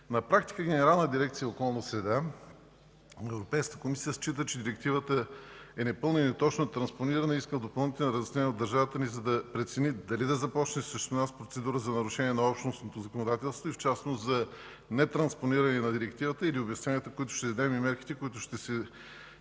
На практика Генерална дирекция „Околна среда” на Европейската комисия счита, че Директивата е непълно и неточно транспонирана, и иска допълнителни разяснения от държавата ни, за да прецени дали да започне срещу нас процедура за нарушение на общностното законодателство, и в частност за нетранспониране на Директивата, или обясненията, които ще дадем, и мерките, които ще се